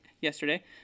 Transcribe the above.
yesterday